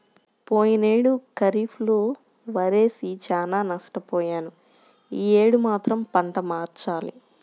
పోయినేడు ఖరీఫ్ లో వరేసి చానా నష్టపొయ్యాను యీ యేడు మాత్రం పంట మార్చాలి